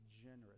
generous